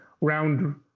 round